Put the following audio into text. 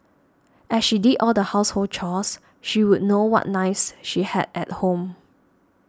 as she did all the household chores she would know what knives she had at home